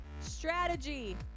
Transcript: strategy